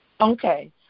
Okay